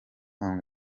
and